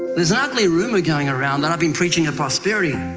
there's an ugly rumor going around that i've been preaching a prosperity